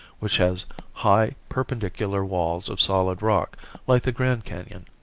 which has high perpendicular walls of solid rock like the grand canon.